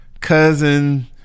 cousin